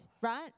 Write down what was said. right